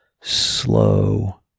Slow